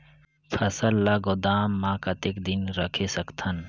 फसल ला गोदाम मां कतेक दिन रखे सकथन?